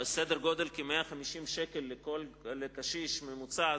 סדר-גודל של כ-150 שקל לקשיש, בממוצע.